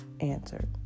answered